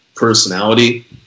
personality